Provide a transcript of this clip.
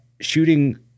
shooting